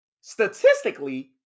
statistically